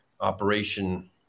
operation